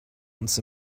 uns